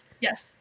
Yes